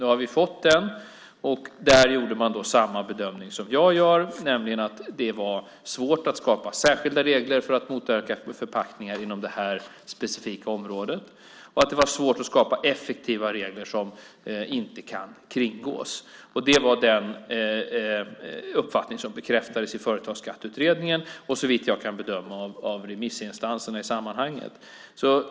Nu har vi fått den, och där gjorde man samma bedömning som jag gör, nämligen att det var svårt att skapa särskilda regler för att motverka förpackningar inom det här specifika området och att det var svårt att skapa effektiva regler som inte kan kringgås. Det var den uppfattning som bekräftades i Företagsskatteutredningen och, såvitt jag kan bedöma, av remissinstanserna i sammanhanget.